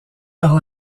par